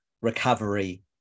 recovery